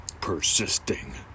Persisting